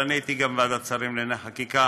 הרי אני הייתי גם בוועדת השרים לענייני חקיקה,